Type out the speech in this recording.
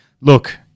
look